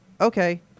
okay